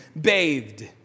bathed